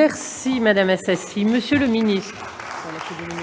est à M. le ministre.